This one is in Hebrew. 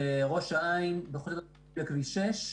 ראש העין, -- -כביש 6,